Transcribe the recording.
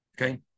Okay